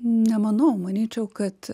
nemanau manyčiau kad